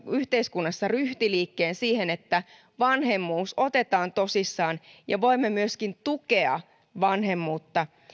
yhteiskunnassa ryhtiliikkeen siinä että vanhemmuus otetaan tosissaan ja voimme myöskin tukea vanhemmuutta